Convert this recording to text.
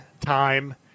time